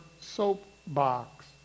soapbox